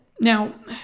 Now